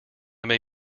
may